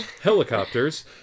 Helicopters